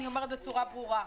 אני אומרת בצורה ברורה,